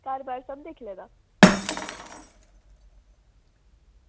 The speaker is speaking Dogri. घर बाह्र सब दिक्खी लैदा